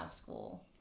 school